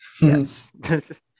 yes